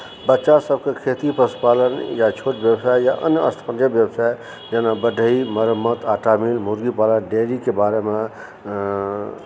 बच्चा सभके खेती पशुपालन या छोट व्यवसाय या अन्य स्थानीय व्यवसाय जेना बढ़ै मरम्मत आटा मील मुर्गी पालन डैरीके बारेमे